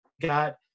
got